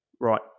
right